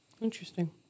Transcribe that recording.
Interesting